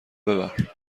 ببر